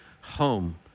home